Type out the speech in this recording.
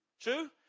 True